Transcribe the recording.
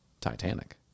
Titanic